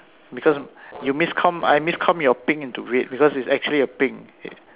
because you miscomm I miscomm your pink into red because it's actually a pink